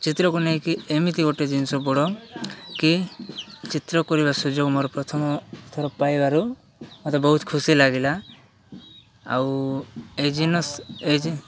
ଚିତ୍ରକୁ ନେଇକି ଏମିତି ଗୋଟେ ଜିନିଷ ପଢ଼ କି ଚିତ୍ର କରିବା ସୁଯୋଗ ମୋର ପ୍ରଥମ ଥର ପାଇବାରୁ ମୋତେ ବହୁତ ଖୁସି ଲାଗିଲା ଆଉ ଏଇ ଜିନ୍ଷ ଏଇ